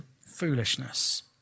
foolishness